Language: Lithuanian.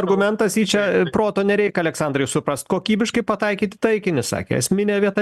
argumentas jį čia proto nereik aleksandrai suprast kokybiškai pataikyt į taikinį sakė esminė vieta